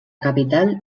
capital